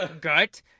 Gut